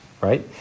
right